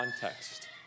context